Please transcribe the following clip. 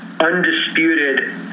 undisputed